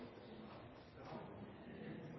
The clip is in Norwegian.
men det handler om